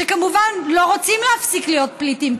שכמובן לא רוצים להפסיק להיות פליטים,